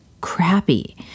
crappy